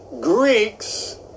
Greeks